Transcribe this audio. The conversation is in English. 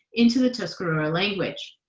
into the tuscarora language.